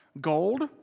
Gold